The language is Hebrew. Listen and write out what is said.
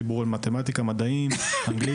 דיברו את מתמטיקה, מדעים ואנגלית.